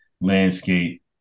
landscape